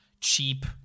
cheap